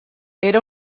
era